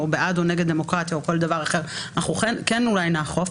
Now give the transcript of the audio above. או "בעד או נגד דמוקרטיה" או כל דבר אחר אתה כן אולי נאכוף.